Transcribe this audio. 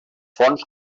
fonts